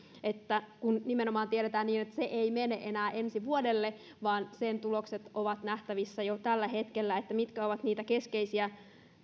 kun nimenomaan tiedetään että se ei mene enää ensi vuodelle vaan sen tulokset ovat nähtävissä jo tällä hetkellä niin mitkä ovat niitä keskeisiä